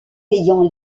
payant